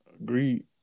Agreed